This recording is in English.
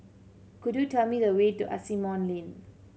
could you tell me the way to Asimont Lane